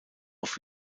auf